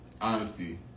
Honesty